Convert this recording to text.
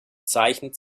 zeichnet